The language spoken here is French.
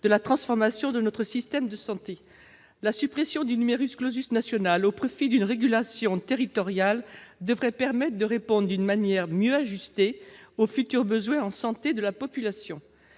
de la transformation de notre système de santé. La suppression du national au profit d'une régulation territoriale devrait permettre de répondre d'une manière mieux ajustée aux futurs besoins en santé de la population.